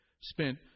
spent